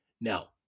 Now